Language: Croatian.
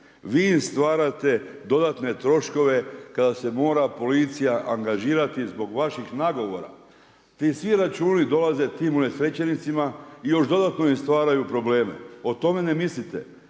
vi im stvarate dodatne troškove kada se mora policija angažirati zbog vaših nagovora. Ti svi računi dolaze tim unesrećenicima i još dodano im stvaraju probleme, o tome ne mislite.